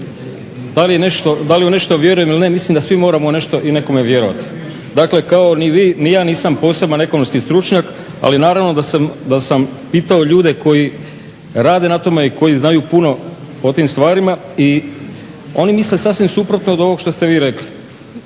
Da li u nešto vjerujem ili ne mislim da svi moramo u nešto i nekome vjerovati. Dakle kao ni vi ni ja nisam poseban ekonomski stručnjak ali naravno da sam pitao ljude koji rade na tome i koji znaju puno o tim stvarima i oni misle sasvim suprotno od ovog što ste vi rekli